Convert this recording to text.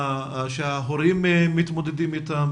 ובפני ההורים המתמודדים איתם